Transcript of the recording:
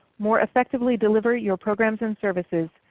more effectively deliver your programs and services,